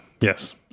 yes